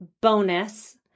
bonus